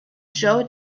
joe